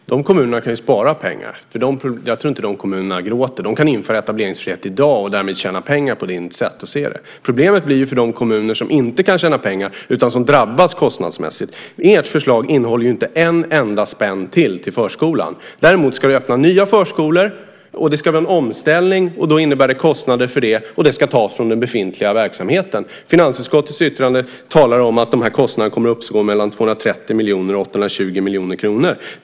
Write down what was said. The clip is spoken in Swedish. Fru talman! De kommunerna kan ju spara pengar. Jag tror inte att de kommunerna gråter. De kan införa etableringsfrihet i dag och därmed tjäna pengar på det, enligt ditt sätt att se. Problemet uppstår för de kommuner som inte kan tjäna pengar på det utan drabbas kostnadsmässigt. Ert förslag innehåller ju inte en enda ytterligare krona till förskolan. Däremot ska ni öppna nya förskolor, det ska ske en omställning, vilket innebär kostnader som ska tas från den befintliga verksamheten. Enligt finansutskottets yttrande kommer kostnaderna att uppgå till mellan 230 och 820 miljoner kronor.